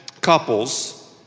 couples